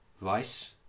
Vice